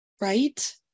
right